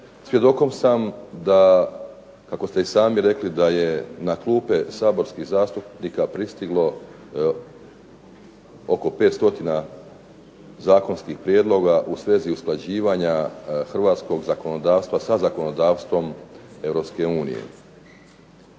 svjedokom sam da, kako ste i sami rekli da je na klupe saborskih zastupnika pristiglo oko 5 stotina zakonskih prijedloga u svezi usklađivanja hrvatskog zakonodavstva sa zakonodavstvom